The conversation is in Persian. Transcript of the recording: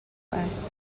است